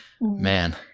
Man